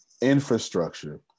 infrastructure